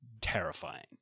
terrifying